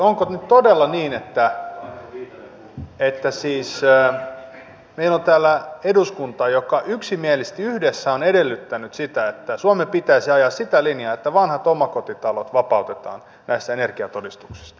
onko nyt todella niin että meillä on siis täällä eduskunta joka yksimielisesti yhdessä on edellyttänyt sitä että suomen pitäisi ajaa sitä linjaa että vanhat omakotitalot vapautetaan näistä energiatodistuksista